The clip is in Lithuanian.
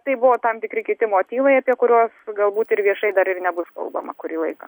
tai buvo tam tikri kiti motyvai apie kuriuos galbūt ir viešai dar ir nebus kalbama kurį laiką